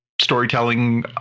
storytelling